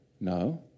No